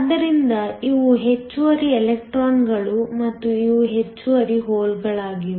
ಆದ್ದರಿಂದ ಇವು ಹೆಚ್ಚುವರಿ ಎಲೆಕ್ಟ್ರಾನ್ಗಳು ಮತ್ತು ಇವು ಹೆಚ್ಚುವರಿ ಹೋಲ್ಗಳಾಗಿವೆ